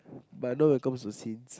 but no it come to sins